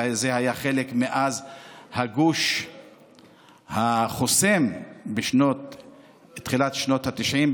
וזה היה חלק מהגוש החוסם בתחילת שנות התשעים,